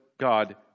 God